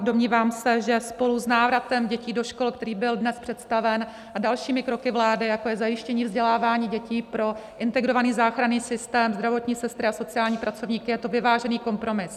Domnívám se, že spolu s návratem dětí do škol, který byl dnes představen, a dalšími kroky vlády, jako je zajištění vzdělávání dětí pro Integrovaný záchranný systém, zdravotní sestry a sociální pracovníky, je to vyvážený kompromis.